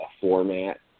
format